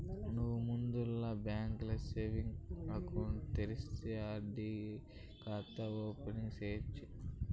నువ్వు ముందల బాంకీల సేవింగ్స్ ఎకౌంటు తెరిస్తే ఆర్.డి కాతా ఓపెనింగ్ సేయచ్చు